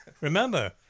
Remember